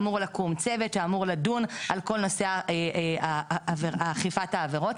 אמור לקום צוות שאמור לדון על כל נושא אכיפת העבירות.